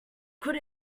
could